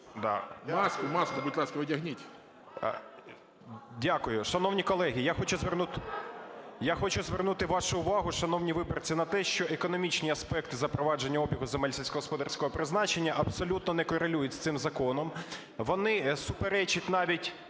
Маску, будь ласка, одягніть.